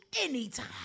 anytime